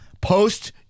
Post